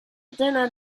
dinner